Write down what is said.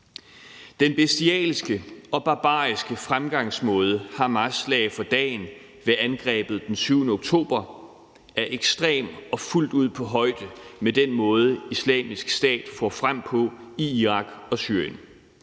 Den bestialske og barbariske fremgangsmåde, Hamas lagde for dagen ved angrebet den 7. oktober, er ekstrem og fuldt ud på højde med den måde, Islamisk Stat for frem på i Irak og Syrien.